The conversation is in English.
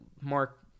mark